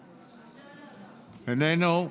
איננו.